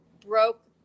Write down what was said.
broke